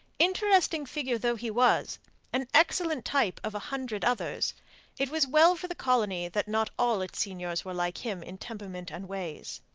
interesting figure though he was an excellent type of a hundred others it was well for the colony that not all its seigneurs were like him in temperament and ways.